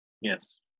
Yes